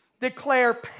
declare